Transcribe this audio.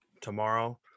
tomorrow